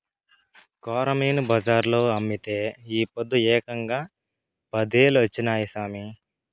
కొరమీను బజార్లో అమ్మితే ఈ పొద్దు ఏకంగా పదేలొచ్చినాయి సామి